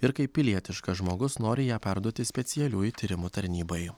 ir kaip pilietiškas žmogus nori ją perduoti specialiųjų tyrimų tarnybai